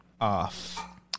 off